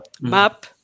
map